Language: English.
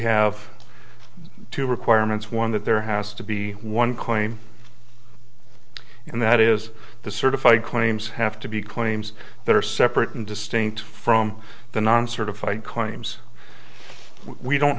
have two requirements one that there has to be one claim and that is the certified claims have to be claims that are separate and distinct from the non certified claims we don't